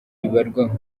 bibarirwa